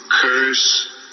curse